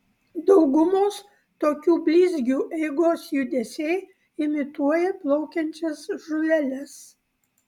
daugumos tokių blizgių eigos judesiai imituoja plaukiančias žuveles